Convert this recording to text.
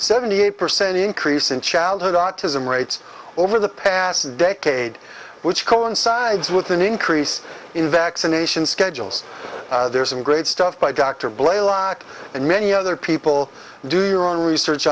seventy eight percent increase in childhood autism rates over the past decade which coincides with an increase in vaccination schedules there's some great stuff by dr blaser rock and many other people do your own research